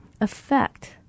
affect